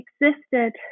existed